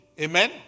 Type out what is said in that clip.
Amen